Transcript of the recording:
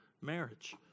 marriage